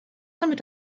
damit